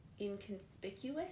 inconspicuous